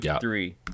three